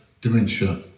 dementia